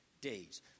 days